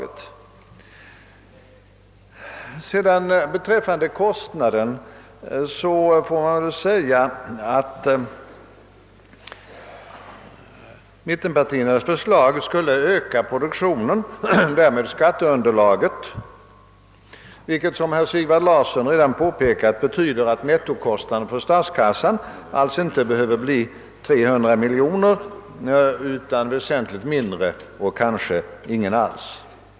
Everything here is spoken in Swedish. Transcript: Vad sedan beträffar kostnaden får man väl säga att genomförandet av mittenpartiernas förslag skulle öka produktionen och därmed skatteunderlaget, vilket, som herr Larsson i Umeå redan påpekat, innebär att nettokostnaden för statskassan alls inte behöver bli 300 miljoner kronor utan väsentligt mycket mindre, på sikt kanske ingen alls.